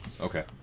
Okay